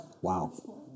Wow